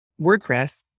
wordpress